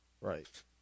Right